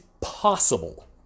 POSSIBLE